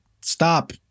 stop